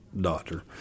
doctor